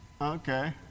Okay